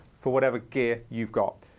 for whatever gear you've got.